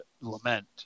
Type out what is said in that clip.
lament